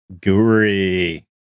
Guri